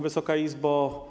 Wysoka Izbo!